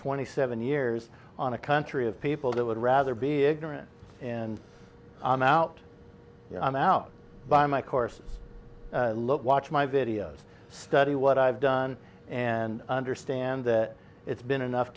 twenty seven years on a country of people that would rather be ignorant and i'm out i'm out by my course load watch my videos study what i've done and understand that it's been enough